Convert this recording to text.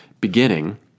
beginning